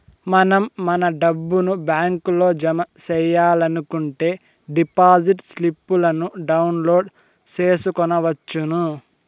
మనం మన డబ్బుని బ్యాంకులో జమ సెయ్యాలనుకుంటే డిపాజిట్ స్లిప్పులను డౌన్లోడ్ చేసుకొనవచ్చును